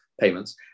payments